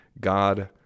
God